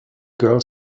girl